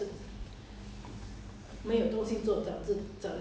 我想我想今今晚再看多一部